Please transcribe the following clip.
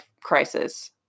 crisis